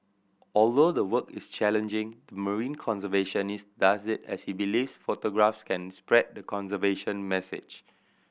although the work is challenging the marine conservationist does it as he believes photographs can spread the conservation message